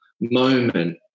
moment